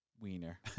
wiener